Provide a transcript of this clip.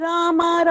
Rama